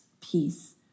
peace